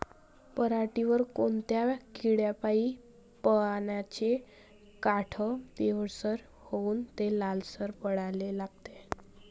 पऱ्हाटीवर कोनत्या किड्यापाई पानाचे काठं पिवळसर होऊन ते लालसर पडाले लागते?